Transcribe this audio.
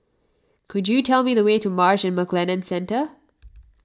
could you tell me the way to Marsh and McLennan Centre